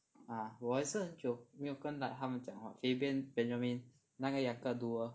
!huh! 我也是很久没有跟 like 他们讲话 Javien Benjamin 那个两个 duo